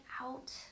out